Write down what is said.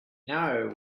know